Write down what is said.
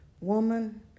woman